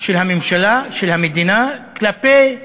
של הממשלה, של המדינה כלפי האזרחים,